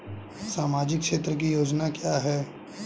सामाजिक क्षेत्र की योजना क्या है?